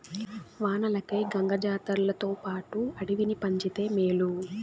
వానలకై గంగ జాతర్లతోపాటు అడవిని పంచితే మేలు